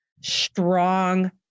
strong